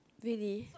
really